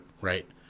right